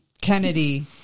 Kennedy